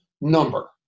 number